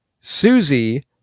Susie